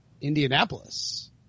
Indianapolis